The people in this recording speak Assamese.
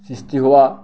সৃষ্টি হোৱা